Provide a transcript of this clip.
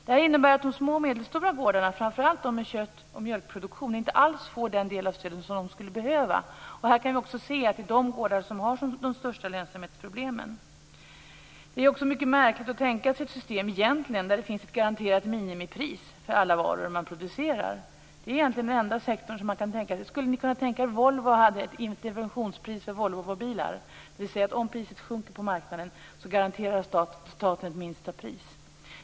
Det innebär att de små och medelstora gårdarna, framför allt med kött och mjölkproduktion, inte alls får den del av stöden som de skulle behöva. Vi kan också se att det är de gårdarna som har de största lönsamhetsproblemen. Det är också mycket märkligt att tänka sig ett system där det finns ett garanterat minimipris för alla varor som produceras. Det är egentligen den enda sektorn där man kan tänka sig detta. Skulle ni kunna tänka er att Volvo hade ett interventionspris för Volvobilar, dvs. att om priset sjunker på marknaden garanterar staten ett lägsta pris?